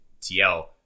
TL